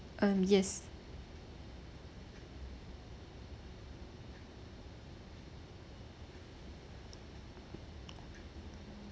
um yes